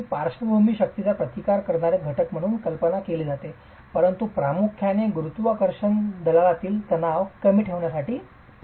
ही पार्श्वभूमी शक्तीचा प्रतिकार करणारे घटक म्हणून कल्पना केली जाते परंतु प्रामुख्याने गुरुत्वाकर्षण दलाखाली तणाव कमी ठेवण्यासाठी परिमाण केले जाते